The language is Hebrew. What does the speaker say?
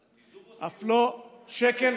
אף לא שקל,